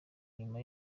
nyuma